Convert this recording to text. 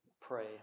pray